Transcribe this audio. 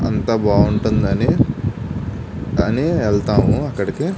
అంత బాగుంటుందని అని వెళతాము అక్కడికి